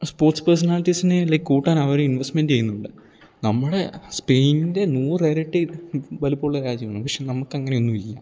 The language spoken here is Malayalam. സ്പോർട്സ് പേഴ്സണാലിറ്റീസിനെ ലൈക്ക് കൂട്ടാൻ അവർ ഇൻവസ്മെന്റ് ചെയ്യുന്നുണ്ട് നമ്മുടെ സ്പെയിനിൻ്റെ നൂറിരട്ടി വലിപ്പം ഉള്ള രാജ്യമാണ് പക്ഷെ നമുക്ക് അങ്ങനെയൊന്നും ഇല്ല